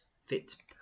fits